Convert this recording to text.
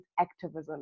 activism